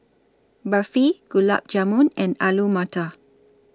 Barfi Gulab Jamun and Alu Matar